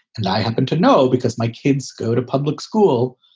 and i happen to know because my kids go to public school.